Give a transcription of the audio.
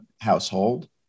household